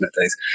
days